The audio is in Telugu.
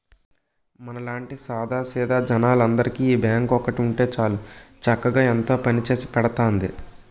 మనలాంటి సాదా సీదా జనాలందరికీ ఈ బాంకు ఒక్కటి ఉంటే చాలు చక్కగా ఎంతో పనిచేసి పెడతాంది